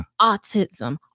autism